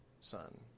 son